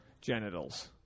genitals